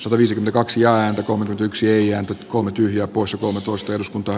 sataviisi kaksi jääkiekon yksi eija komu tyhjät pois omituista jos kunta